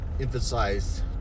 emphasized